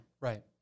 right